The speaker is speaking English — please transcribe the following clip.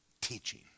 teaching